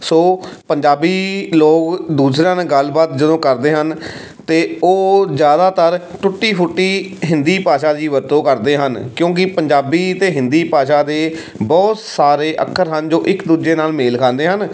ਸੋ ਪੰਜਾਬੀ ਲੋਕ ਦੂਸਰਿਆਂ ਨਾਲ ਗੱਲਬਾਤ ਜਦੋਂ ਕਰਦੇ ਹਨ ਤਾਂ ਉਹ ਜ਼ਿਆਦਾਤਰ ਟੁੱਟੀ ਫੁੱਟੀ ਹਿੰਦੀ ਭਾਸ਼ਾ ਦੀ ਵਰਤੋਂ ਕਰਦੇ ਹਨ ਕਿਉਂਕਿ ਪੰਜਾਬੀ ਅਤੇ ਹਿੰਦੀ ਭਾਸ਼ਾ ਦੇ ਬਹੁਤ ਸਾਰੇ ਅੱਖਰ ਹਨ ਜੋ ਇੱਕ ਦੂਜੇ ਨਾਲ ਮੇਲ ਖਾਂਦੇ ਹਨ